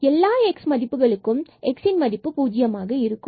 எல்லா fx0 மதிப்புகளுக்கும் இதன் x மதிப்பு பூஜ்யமாக இருக்கும்